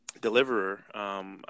deliverer